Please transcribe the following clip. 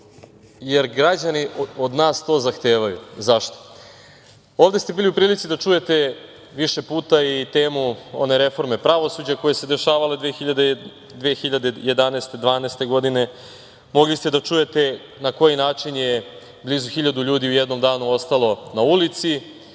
jer građani od nas to zahtevaju. Zašto? Ovde ste bili u prilici da čujete više puta i temu one reforme pravosuđa koja se dešavala 2011/2012. godine, mogli ste da čujete na koji način je blizu hiljadu ljudi u jednom danu ostalo na ulici.